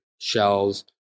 shells